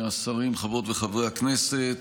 השרים, חברות וחברי הכנסת,